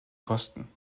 kosten